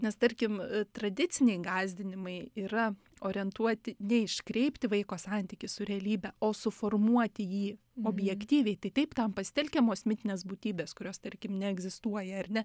nes tarkim tradiciniai gąsdinimai yra orientuoti ne iškreipti vaiko santykį su realybe o suformuoti jį objektyviai tai taip tam pasitelkiamos mitinės būtybės kurios tarkim neegzistuoja ar ne